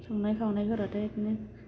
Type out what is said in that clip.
संनाय खावनायफोराथ' बिदिनो